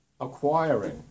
acquiring